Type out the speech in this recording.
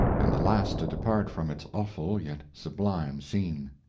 and the last to depart from its awful yet sublime scene.